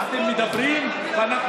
מס על החד-פעמי זה חברתי?